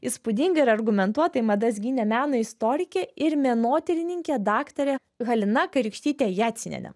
įspūdingai ir argumentuotai madas gynė meno istorikė ir menotyrininkė daktarė halina kairiūkštytė jacinienė